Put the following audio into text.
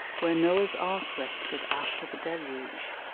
where noah's ark rested after the deluge.